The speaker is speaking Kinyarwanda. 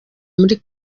muri